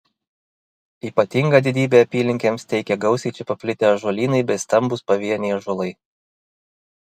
ypatingą didybę apylinkėms teikia gausiai čia paplitę ąžuolynai bei stambūs pavieniai ąžuolai